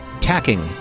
tacking